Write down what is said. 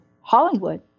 Hollywood